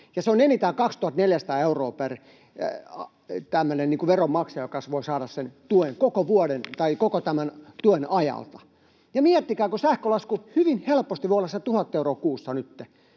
se on enintään 2 400 euroa per veronmaksaja, jonka voi saada koko tämän tuen ajalta, ja miettikää, kun sähkölasku hyvin helposti voi olla sen tuhat euroa kuussa nytten